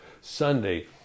Sunday